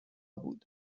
بود